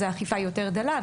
אז האכיפה היא יותר דלה.